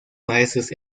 maestros